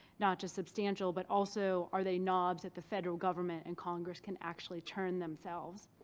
not just substantial, but also are they knobs that the federal government and congress can actually turn themselves?